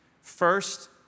First